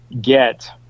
get